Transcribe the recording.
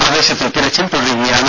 പ്രദേശത്ത് തിരച്ചിൽ തുടരുകയാണ്